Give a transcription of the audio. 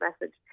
message